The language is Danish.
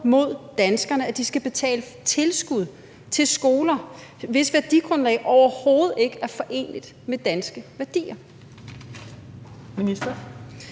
mod danskerne, at de skal betale tilskud til skoler, hvis værdigrundlag overhovedet ikke er foreneligt med danske værdier.